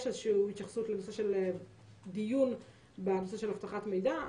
יש איזושהי התייחסות לנושא של דיון בנושא של אבטחת מידע.